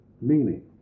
meaning